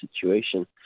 situation